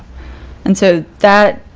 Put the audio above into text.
and so that,